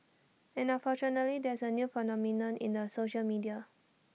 and unfortunately there is A new phenomenon in the social media